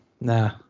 nah